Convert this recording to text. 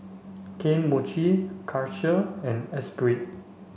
Kane Mochi Karcher and Espirit